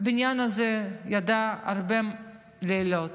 הבניין הזה ידע הרבה לילות,